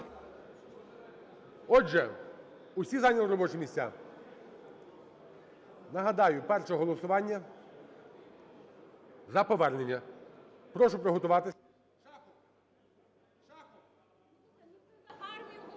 Отже, всі зайняли робочі місця? Нагадаю, перше голосування за повернення. Прошу приготуватися.